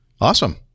Awesome